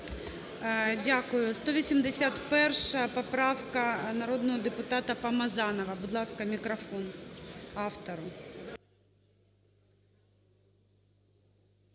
Дякую. 181 поправка народного депутата Помазанова. Будь ласка, мікрофон автору.